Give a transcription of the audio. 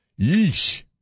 Yeesh